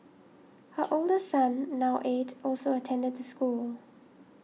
her older son now eight also attended the school